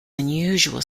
unusual